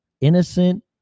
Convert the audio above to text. innocent